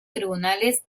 tribunales